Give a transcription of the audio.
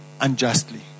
unjustly